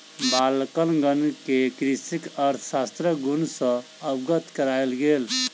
बालकगण के कृषि अर्थशास्त्रक गुण सॅ अवगत करायल गेल